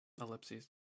ellipses